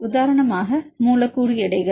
உதாரணமாக மூலக்கூறு எடைகள்